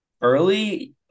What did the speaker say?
early